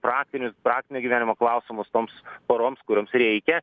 praktinius praktinio gyvenimo klausimus toms poroms kurioms reikia